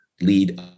lead